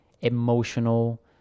emotional